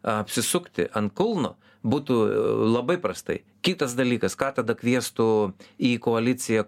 apsisukti ant kulno būtų labai prastai kitas dalykas ką tada kviestų į koaliciją